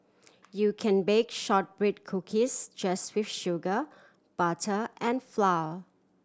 you can bake shortbread cookies just with sugar butter and flour